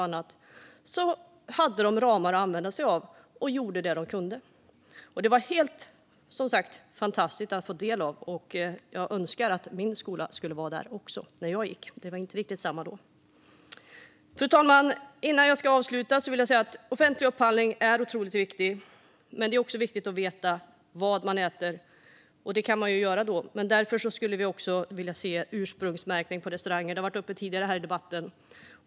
Det var helt fantastiskt att få ta del av detta. Jag önskar att det hade varit så i min skola när jag gick där, men så var det inte riktigt. Fru talman! Offentlig upphandling är otroligt viktig. Men det är också viktigt att veta vad man äter. Därför vill vi se ursprungsmärkning på restauranger, något som varit uppe tidigare i debatten.